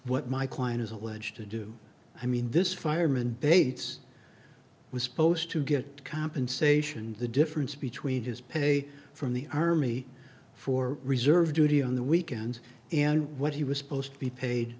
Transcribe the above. what my client is alleged to do i mean this fireman bates was supposed to get compensation the difference between his pay from the army for reserve duty on the weekends and what he was supposed to be paid